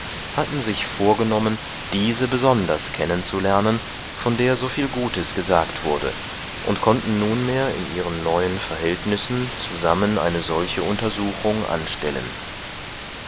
hatten sich vorgenommen diese besonders kennenzulernen von der soviel gutes gesagt wurde und konnten nunmehr in ihren neuen verhältnissen zusammen eine solche untersuchung anstellen